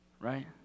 right